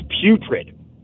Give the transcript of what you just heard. putrid